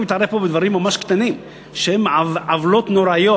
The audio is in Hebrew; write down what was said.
אני מתערב פה בדברים ממש קטנים שהם עוולות נוראיות.